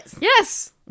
Yes